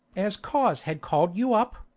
as cause had call'd you up,